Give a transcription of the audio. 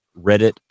Reddit